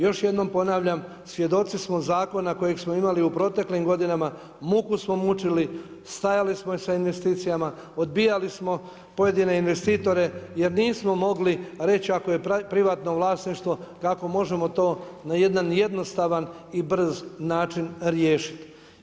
Još jednom ponavljam, svjedoci smo zakona kojeg smo imali u proteklim godinama, muku smo mučili, stajali smo sa investicijama, odbijali smo pojedine investitore jer nismo mogli reći ako je privatno vlasništvo kako možemo to na jedan jednostavan i brz način riješiti.